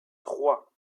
trois